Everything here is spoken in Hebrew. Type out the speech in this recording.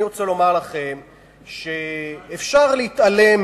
אני רוצה לומר לכם שאפשר להתעלם